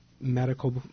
medical